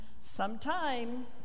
Sometime